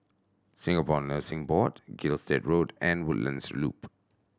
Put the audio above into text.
Singapore Nursing Board Gilstead Road and Woodlands Loop